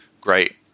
great